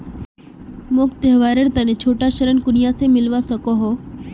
मोक त्योहारेर तने छोटा ऋण कुनियाँ से मिलवा सको हो?